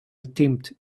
attempt